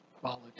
quality